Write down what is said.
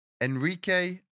Enrique